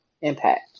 Impact